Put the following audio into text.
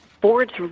boards